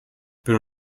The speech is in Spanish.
pero